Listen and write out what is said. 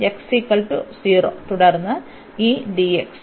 x 0 തുടർന്ന് ഈ dx